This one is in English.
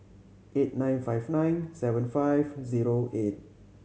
eight nine five nine seven five zero eight